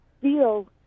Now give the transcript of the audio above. feel